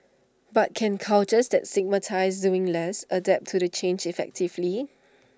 but can cultures that stigmatise doing less adapt to the change effectively